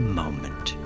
moment